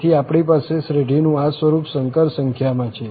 તેથી આપણી પાસે શ્રેઢીનું આ સ્વરૂપ સંકર સંખ્યામાં છે